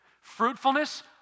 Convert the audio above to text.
Fruitfulness